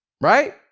Right